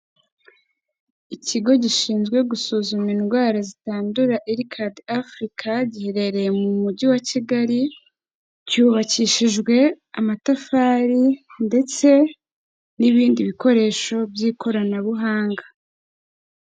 Ikigo gishinzwe gusuzuma indwara zitandura IRCAD Africa giherereye mu mujyi wa Kigali, cyubakishijwe amatafari ndetse n'ibindi bikoresho by'ikoranabuhanga.